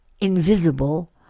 invisible